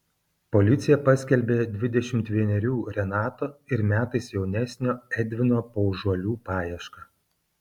policija paskelbė dvidešimt vienerių renato ir metais jaunesnio edvino paužuolių paiešką